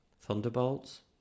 Thunderbolts